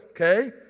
okay